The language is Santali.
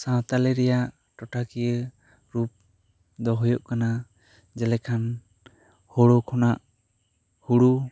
ᱥᱟᱱᱛᱟᱲᱤ ᱨᱮᱭᱟᱜ ᱴᱚᱴᱷᱟᱠᱤᱭᱟᱹ ᱨᱩᱯ ᱫᱚ ᱦᱩᱭᱩᱜ ᱠᱟᱱᱟ ᱡᱮᱞᱮᱠᱷᱟᱱ ᱦᱩᱲᱩ ᱠᱷᱚᱱᱟᱜ ᱦᱳᱲᱳ